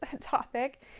topic